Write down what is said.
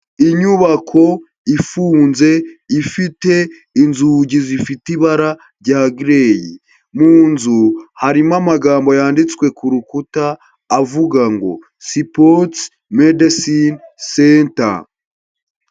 Inyubako ifunze ifite inzugi zifite ibara rya gireyi, mu nzu harimo amagambo yanditswe ku rukuta avuga ngo sipoti medesine senta.